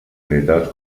militars